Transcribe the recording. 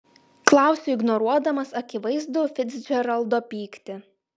klausiu ignoruodamas akivaizdų ficdžeraldo pyktį